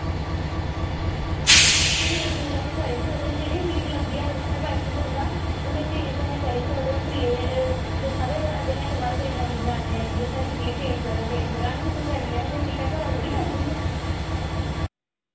change चुंज ते असी करी निं सकदे हू'न जेह्ड़ी सीट लब्बी जाह्ग उत्थै बैठे पौंदा हू'न एह् चेंज ते अस करी निं सकदे हू'न त्रीये दो हारे अद्दे घैंटे बाद कोई नवीं जनान्नी आई जन्दी ऐ साढ़ी सीट चेंज करो चेंज करो असें कुत्थूं करनी असें कोई सीटां घरा थोह्ड़ी आह्ंदी दियां